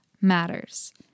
matters